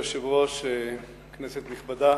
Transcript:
כבוד היושב-ראש, כנסת נכבדה,